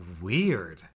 Weird